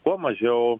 kuo mažiau